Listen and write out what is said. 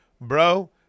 bro